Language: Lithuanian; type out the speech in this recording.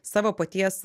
savo paties